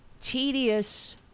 tedious